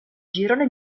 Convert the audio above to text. girone